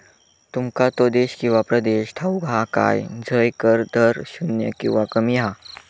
तुमका तो देश किंवा प्रदेश ठाऊक हा काय झय कर दर शून्य किंवा कमी हा?